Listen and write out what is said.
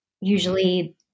usually